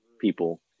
people